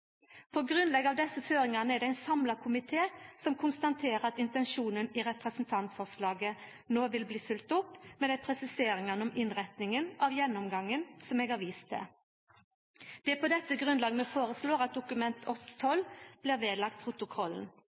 På grunnlag av desse føringane er det ein samla komité som konstaterer at intensjonen i representantforslaget nå vil bli følgt opp, med dei presiseringane om innrettinga av gjennomgangen som eg har vist til. Det er på dette grunnlag vi foreslår at Dokument 8:12 blir vedlagt protokollen.